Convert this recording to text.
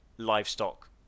Livestock